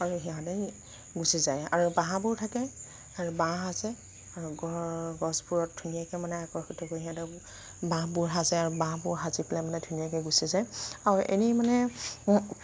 আৰু সিহঁতে গুচি যায় আৰু বাহবোৰ থাকে আৰু বাঁহ আছে আৰু গছবোৰত ধুনীয়াকৈ মানে আকৰ্ষিত কৰি সিহঁতে বাহবোৰ সাজে আৰু বাহবোৰ সাজি পেলাই মানে ধুনীয়াকৈ গুচি যায় আৰু এনেই মানে